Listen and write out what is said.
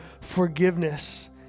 forgiveness